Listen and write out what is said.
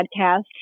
podcast